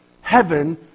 Heaven